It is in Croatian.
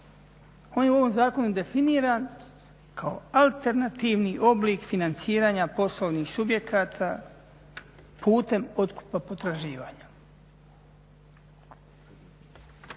On je u ovom zakonu definiran kao alternativni oblik financiranja poslovnih subjekata putem otkupa potraživanja.